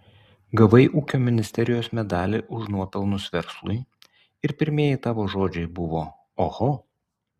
gavai ūkio ministerijos medalį už nuopelnus verslui ir pirmieji tavo žodžiai buvo oho